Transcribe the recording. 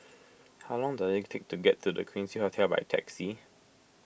how long does it take to get to the Quincy Hotel by taxi